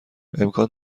امکان